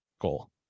goal